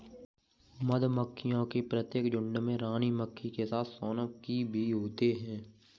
मधुमक्खियों के प्रत्येक झुंड में रानी मक्खी के साथ सोनम की भी होते हैं